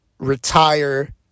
retire